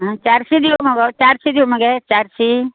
चारशे दिवं मगो चारशे दिवं मगे चारशी